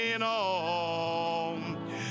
on